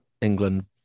England